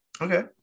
Okay